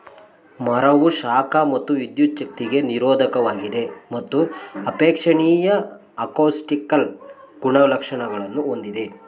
ಮರವು ಶಾಖ ಮತ್ತು ವಿದ್ಯುಚ್ಛಕ್ತಿಗೆ ನಿರೋಧಕವಾಗಿದೆ ಮತ್ತು ಅಪೇಕ್ಷಣೀಯ ಅಕೌಸ್ಟಿಕಲ್ ಗುಣಲಕ್ಷಣಗಳನ್ನು ಹೊಂದಿದೆ